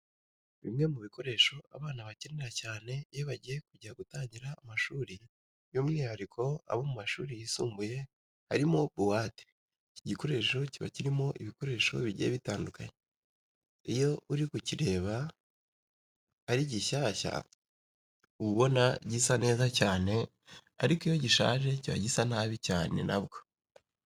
Bimwe mu bikoresho abana bakenera cyane iyo bagiye kujya gutangira amashuri by'umwihariko abo mu mashuri yisumbuye harimo buwate. Iki gikoresho kiba kirimo ibikoresho bigiye bitandukanye. Iyo uri kukireba ari gishyashya uba ubona gisa neza cyane ariko iyo gishaje kiba gisa nabi cyane na bwo.